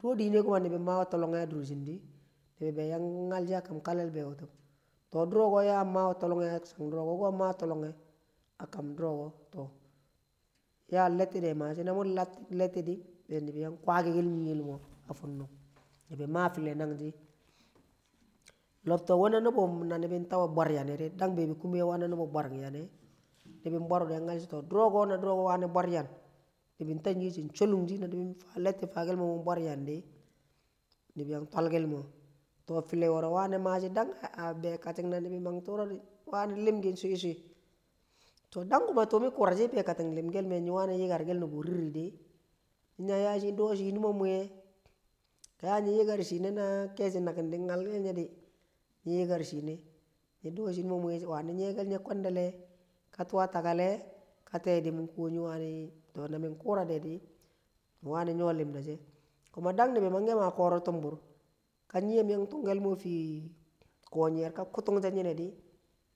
Duro dine to nibi mawe tollong he a dur she di nibi be yang nyal shi a kam kalle be wutub to duro ko din mawe tollonghe wu ko yaa a channe duro ma we tollonghe. A kam duro ko to ya letti de mashi na mung letting di be nibi yang kwagi kel ny iyel mo a funnung. Nibi ma fille nagji, Lobtok we na nubu nibin tawe bwar yanne dang nwe na bebi kuma biya bwar yanne, nyall shi so duro ko na duro ko wani bwar yan, nibi nta nyiye she chokung shi na din letti fakal mo mu bwar yanne di nibi yang twal kel mo to fille woro wani mashi dang a beē kating, na nibi mang turo di wani limakin shwi shwi, to dang kuma tu bekakin wani limkel me nyi wani yikar nubu riride, nyi ya ya nyi do shi num muye, ka ya nyi yi̱kar shine na keshi̱ nakin di nyal kel nye di nying yi karkel shiye. Na nying do shi numu muye di wani dokel nye kwandahe ka tuu a takale di kan tee di mun ko na min ko rade nai wani nyo limda she kuma dang ni̱bi manghe maa koro tumbir ka nyem yang tungkel mo a fi ko nyiyer di ka kuttung she nyine di